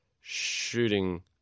shooting